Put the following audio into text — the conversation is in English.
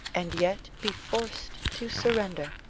and yet be forced to surrender,